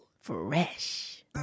Fresh